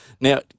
Now